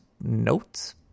notes